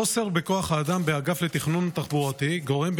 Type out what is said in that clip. מחסור בכוח אדם באגף לתכנון תחבורתי גורם,